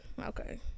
Okay